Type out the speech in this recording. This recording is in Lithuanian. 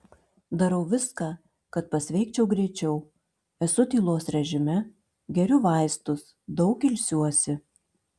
darau viską kad pasveikčiau greičiau esu tylos režime geriu vaistus daug ilsiuosi